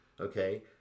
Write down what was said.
okay